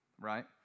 right